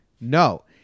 No